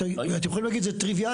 אתם יכולים להגיד זה טריוויאלי,